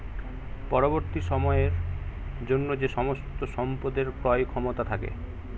পরবর্তী সময়ের জন্য যে সমস্ত সম্পদের ক্রয় ক্ষমতা থাকে